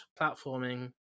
platforming